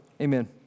Amen